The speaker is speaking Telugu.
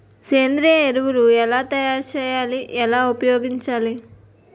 సేంద్రీయ ఎరువులు ఎలా తయారు చేయాలి? ఎలా ఉపయోగించాలీ?